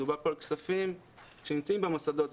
מדובר כאן על כספים שנמצאים במוסדות.